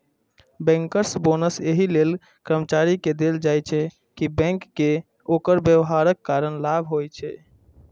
bankers bonus एहि लेल कर्मचारी कें देल जाइ छै, कि बैंक कें ओकर व्यवहारक कारण लाभ होइ छै